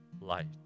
light